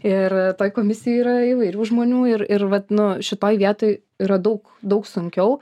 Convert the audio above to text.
ir toj komisijoj yra įvairių žmonių ir ir vat nu šitoj vietoj yra daug daug sunkiau